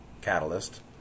catalyst